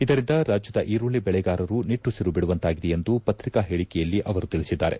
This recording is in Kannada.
ಇದರಿಂದ ರಾಜ್ಯದ ಈರುಳ್ಳಿ ಬೆಳೆಗಾರರು ನಿಟ್ಟುಸಿರು ಬಿಡುವಂತಾಗಿದೆ ಎಂದು ಪತ್ರಿಕಾ ಹೇಳಿಕೆಯಲ್ಲಿ ಅವರು ತಿಳಿಸಿದ್ದಾರೆ